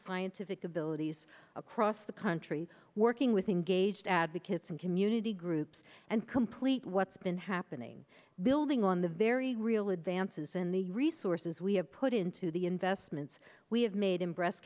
scientific abilities across the country working with engaged advocates and community groups and complete what's been happening building on the very real advances in the resources we have put into the investments we have made in breast